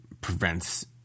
prevents